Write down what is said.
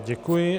Děkuji.